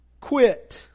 quit